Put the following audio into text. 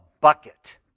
bucket